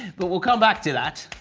but we'll come back to that.